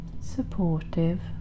supportive